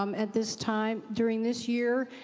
um at this time, during this year,